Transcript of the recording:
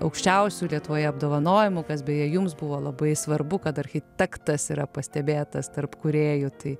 aukščiausiu lietuvoje apdovanojimu kas beje jums buvo labai svarbu kad architektas yra pastebėtas tarp kūrėjų tai